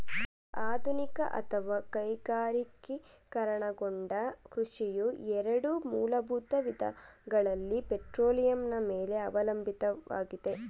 ಆಧುನಿಕ ಅಥವಾ ಕೈಗಾರಿಕೀಕರಣಗೊಂಡ ಕೃಷಿಯು ಎರಡು ಮೂಲಭೂತ ವಿಧಗಳಲ್ಲಿ ಪೆಟ್ರೋಲಿಯಂನ ಮೇಲೆ ಅವಲಂಬಿತವಾಗಿದೆ